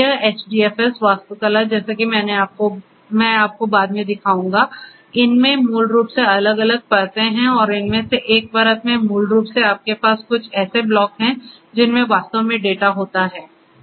यह HDFS वास्तुकला जैसा कि मैं आपको बाद में दिखाऊंगा इसमें मूल रूप से अलग अलग परतें हैं और इनमें से एक परत में मूल रूप से आपके पास कुछ ऐसे ब्लॉक हैं जिनमें वास्तव में डेटा होता है